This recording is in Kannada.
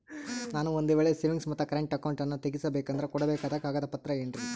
ನಾನು ಒಂದು ವೇಳೆ ಸೇವಿಂಗ್ಸ್ ಮತ್ತ ಕರೆಂಟ್ ಅಕೌಂಟನ್ನ ತೆಗಿಸಬೇಕಂದರ ಕೊಡಬೇಕಾದ ಕಾಗದ ಪತ್ರ ಏನ್ರಿ?